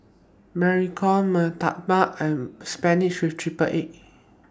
Mee Tai Mak and Spinach with Triple Egg